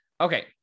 Okay